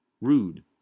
rude